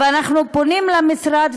אנחנו פונים למשרד,